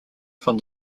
from